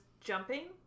jumping